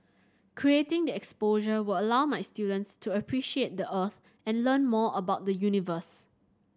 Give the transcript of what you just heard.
creating the exposure will allow my students to appreciate the Earth and learn more about the universe